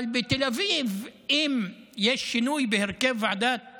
אבל בתל אביב, אם יהיה שינוי בהרכב ועדת